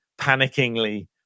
panickingly